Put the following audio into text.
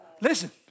listen